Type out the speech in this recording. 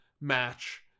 match